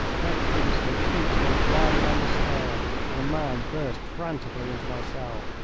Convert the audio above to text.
next instant feet came flying down the stair and a man burst frantically into my cell.